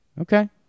Okay